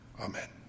Amen